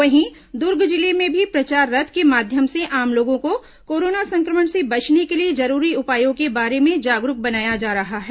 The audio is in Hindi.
वहीं दुर्ग जिले में भी प्रचार रथ के माध्यम से आम लोगों को कोरोना संक्रमण से बचने के लिए जरूरी उपयों के बारे में जागरूक बनाया जा रहा है